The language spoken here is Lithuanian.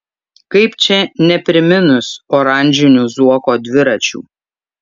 kaip čia nepriminus oranžinių zuoko dviračių